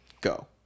go